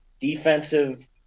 defensive